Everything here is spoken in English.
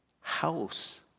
house